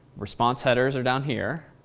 response headers are down here.